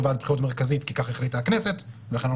ועדת הבחירות המרכזית כי כך החליטה הכנסת ולכן אנחנו